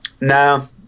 no